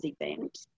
event